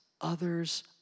others